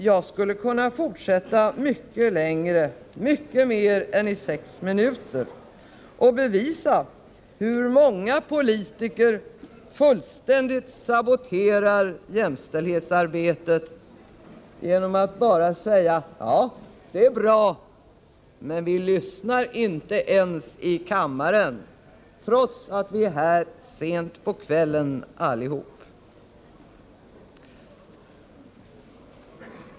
Jag skulle kunna fortsätta mycket längre, mycket längre än sex minuter, och bevisa på vilket sätt många politiker fullständigt saboterar jämställdhetsarbetet genom att säga: Ja, det är bra. Men vi lyssnar inte ens i kammaren, trots att vi är här sent på kvällen allihop.